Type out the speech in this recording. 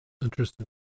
Interesting